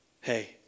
Hey